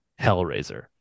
Hellraiser